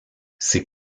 ces